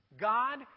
God